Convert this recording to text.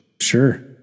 Sure